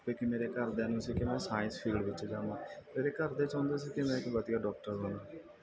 ਕਿਉਂਕਿ ਮੇਰੇ ਘਰਦਿਆਂ ਨੂੰ ਸੀ ਕਿ ਮੈਂ ਸਾਇੰਸ ਫੀਲਡ ਵਿੱਚ ਜਾਵਾਂ ਮੇਰੇ ਘਰ ਦੇ ਚਾਹੁੰਦੇ ਸੀ ਕਿ ਮੈਂ ਇੱਕ ਵਧੀਆ ਡੌਕਟਰ ਬਣਾ